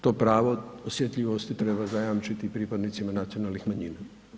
To pravo osjetljivosti treba zajamčiti pripadnicima nacionalnih manjina.